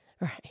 Right